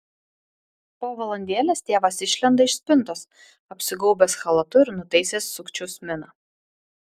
po valandėlės tėvas išlenda iš spintos apsigaubęs chalatu ir nutaisęs sukčiaus miną